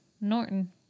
Norton